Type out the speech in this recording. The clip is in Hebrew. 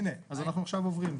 הנה, אז אנחנו עכשיו עוברים.